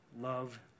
Love